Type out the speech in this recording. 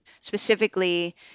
specifically